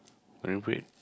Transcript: Marine-Parade